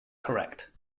correct